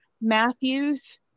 Matthews